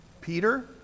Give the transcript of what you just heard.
Peter